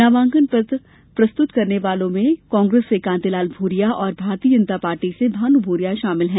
नामाकन पत्र प्रस्तुत करने वालों में कांग्रेस से कांतिलाल भूरिया और भारतीय जनता पार्टी से भानु भूरिया शामिल हैं